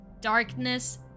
Darkness